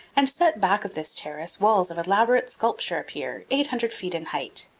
and, set back of this terrace, walls of elaborate sculpture appear, eight hundred feet in height.